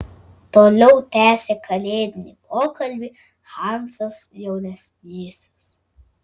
toliau tęsė kalėdinį pokalbį hansas jaunesnysis